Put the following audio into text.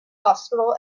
hospital